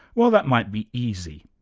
well, that might be easy.